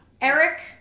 Eric